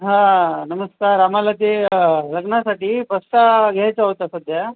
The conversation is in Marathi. हा नमस्कार आम्हाला ते लग्नासाठी बस्ता घ्यायचा होता सध्या